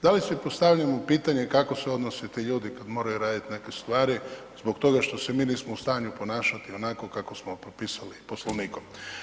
Da li si postavljamo pitanje kako se odnose ti ljudi kad moraju raditi neke stvari zbog toga što se mi nismo u stanju ponašati onako kako smo propisali Poslovnikom?